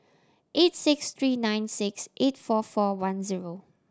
eight six tree nine six eight four four one zero